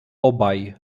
obaj